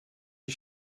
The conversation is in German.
die